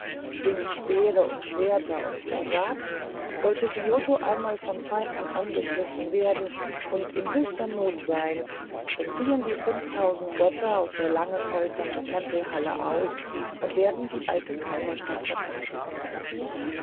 schwingt speere und schwerter und man sagt sollte kioto einmal von feinden angegriffen werden und in höchster not sein dann ziehen die fünftausend götter aus der langen hölzernen tempelhalle aus und werden die alte kaiserstadt verteidigen